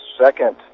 second